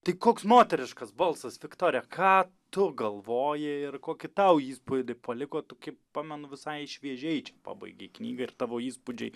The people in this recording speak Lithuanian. tai koks moteriškas balsas viktorija ką tu galvoji ir kokį tau įspūdį paliko tu kiek pamenu visai šviežiai čia pabaigei knygą ir tavo įspūdžiai